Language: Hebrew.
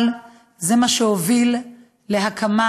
אבל זה מה שהוביל להקמה,